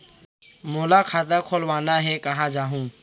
मोला खाता खोलवाना हे, कहाँ जाहूँ?